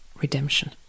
redemption